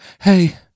Hey